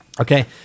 okay